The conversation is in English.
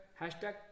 hashtag